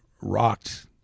rocked